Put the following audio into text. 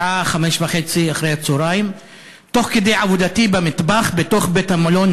בשעה 17:30 תוך כדי עבודתי במטבח בבית-המלון